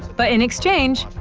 but in exchange,